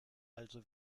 also